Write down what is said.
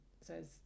says